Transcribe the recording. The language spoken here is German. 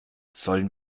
sollen